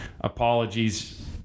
apologies